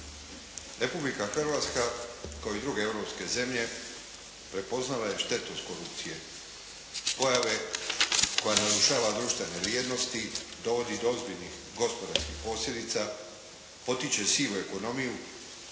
Republika Hrvatska, kao i druge europske zemlje prepoznala je štetnost korupcije, pojave koja narušava društvene vrijednosti, dovodi do ozbiljnih gospodarskih posljedica, potiče sivu ekonomiju,